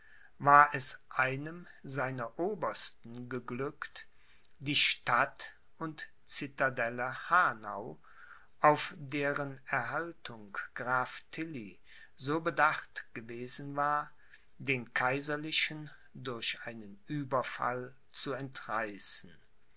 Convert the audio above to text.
war es einem seiner obersten geglückt die stadt und citadelle hanau auf deren erhaltung graf tilly so bedacht gewesen war den kaiserlichen durch einen ueberfall zu entreißen